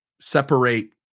separate